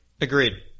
Agreed